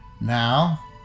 Now